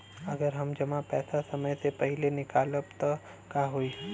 अगर हम जमा पैसा समय से पहिले निकालब त का होई?